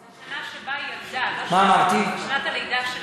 השנה שבה היא ילדה, ולא שנת הלידה.